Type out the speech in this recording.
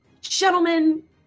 gentlemen